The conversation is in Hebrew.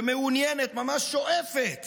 ומעוניינת, ממש שואפת